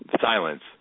Silence